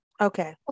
Okay